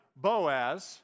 Boaz